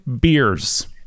beers